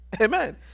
Amen